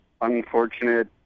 unfortunate